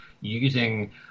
using